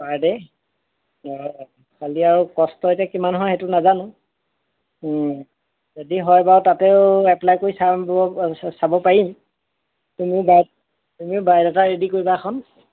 পাৰ day অঁ খালি আৰু কষ্ট এতিয়া কিমান হয় সেইটো নাজানো যদি হয় বাৰু তাতো এপ্লাই কৰি চাম চাব পাৰিম তুমিও তুমিও বায়'ডাটা ৰেডি কৰিবা এখন